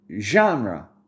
genre